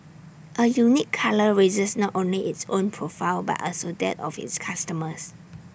A unique colour raises not only its own profile but also that of its customers